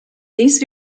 these